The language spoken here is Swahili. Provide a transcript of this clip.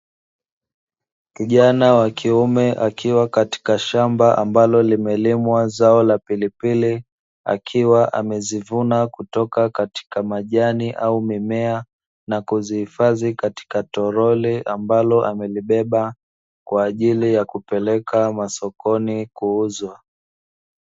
Kijana wa kiume akiwa katika shamba ambalo limelimwa zao la pilipili, akiwa amezivuna kutoka katika majani au mimea na kuzihifadhi katika toroli, ambalo amelibeba kwa ajili ya kupeleka masokoni kuuzwa.